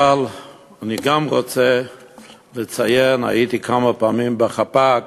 אני גם רוצה לציין, הייתי כמה פעמים בחפ"ק,